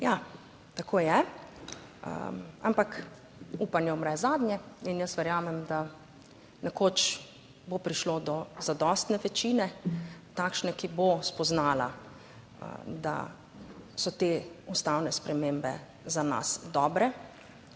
ja, tako je, ampak upanje umre zadnje in jaz verjamem, da nekoč bo prišlo do zadostne večine, takšne ki bo spoznala, da so te ustavne spremembe za nas dobre,